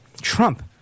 Trump